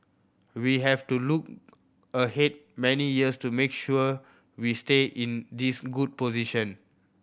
we have to look ahead many years to make sure we stay in this good position